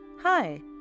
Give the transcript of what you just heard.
Hi